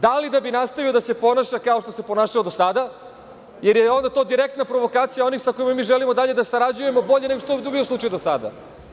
Da li da bi nastavio da se ponaša kao što se ponašao do sada, jer je onda to direktna provokacija onih sa kojima mi želimo dalje da sarađujemo bolje nego što je to bio slučaj do sada?